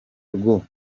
rwo